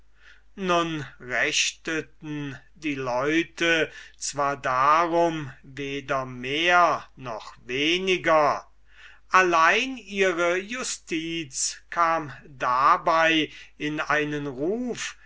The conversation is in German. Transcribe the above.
nun rechteten die leute zwar darum weder mehr noch weniger allein ihre justiz kam dabei in einen ruf